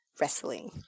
Wrestling